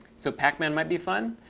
so pac-man might be fun.